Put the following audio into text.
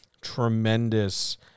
tremendous